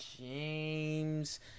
james